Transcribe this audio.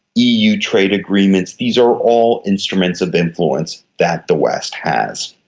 eu trade agreements, these are all instruments of influence that the west has.